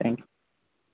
thank you